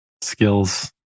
skills